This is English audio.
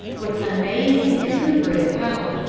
with amazing recuperative power,